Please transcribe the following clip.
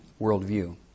worldview